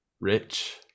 rich